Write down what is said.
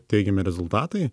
teigiami rezultatai